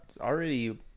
already